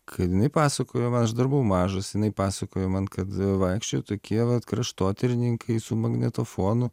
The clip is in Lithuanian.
kad jinai pasakojo aš dar buvau mažas jinai pasakojo man kad vaikščiojo tokie vat kraštotyrininkai su magnetofonu